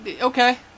Okay